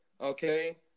okay